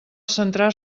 centrar